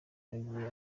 binogeye